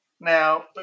Now